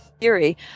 theory